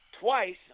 twice